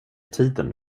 tiden